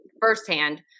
firsthand